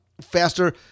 faster